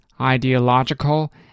ideological